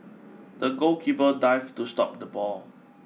the goalkeeper dived to stop the ball